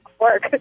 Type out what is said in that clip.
work